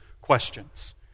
questions